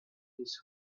his